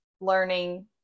learning